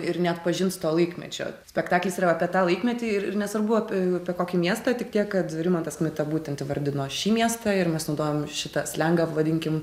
ir neatpažins to laikmečio spektaklis yra apie tą laikmetį ir ir nesvarbu ap apie kokį miestą tik tiek kad rimantas kmita būtent įvardino šį miestą ir mes naudojam šitą slengą vadinkim